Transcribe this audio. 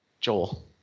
Joel